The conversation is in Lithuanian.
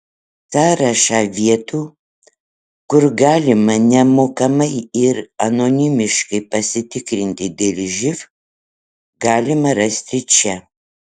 sąrašą vietų kur galima nemokamai ir anonimiškai pasitikrinti dėl živ galima rasti čia